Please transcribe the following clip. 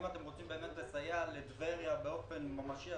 אם אתם רוצים באמת לסייע לטבריה באופן ממשי,